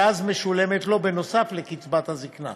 שאז משולמת לו, בנוסף לקצבת הזיקנה,